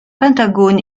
pentagone